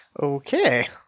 Okay